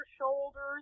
shoulders